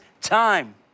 time